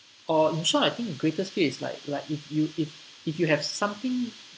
or in short I think greatest fear is like like if you if if you have something